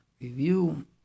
review